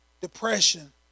Depression